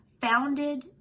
founded